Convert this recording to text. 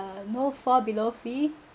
uh no fall below fee